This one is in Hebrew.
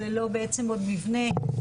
וללא בעצם עוד מבנה.